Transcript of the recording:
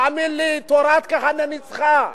תאמין לי, תורת כהנא ניצחה.